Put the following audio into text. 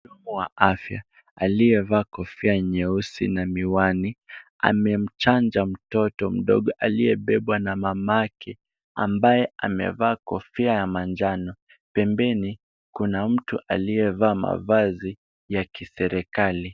Mhudumu wa afya aliyevaa kofia nyeusi na miwani amemchanja mtoto mdogo aliyebebwa na mamake ambaye amevaa kofia ya manjano. Pembeni kuna mtu aliyevaa mavazi ya kiserikali.